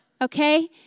Okay